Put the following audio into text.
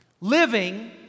Living